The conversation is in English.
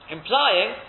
Implying